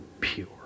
pure